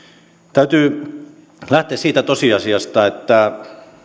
täytyy lähteä siitä tosiasiasta että